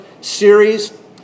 series